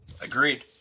Agreed